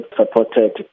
supported